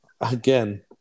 again